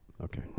Okay